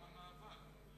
אז למה מאבק?